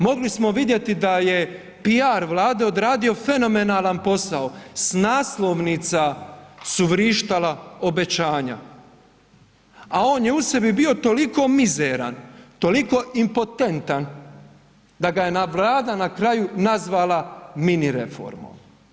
Mogli smo vidjeti da je PR Vlade odradio fenomenalan posao, s naslovnica su vrištala obećanja a on je u sebi bio toliko mizeran, toliko impotentan da ga je Vlada na kraju nazvala mini reformom.